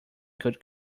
good